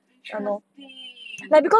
interesting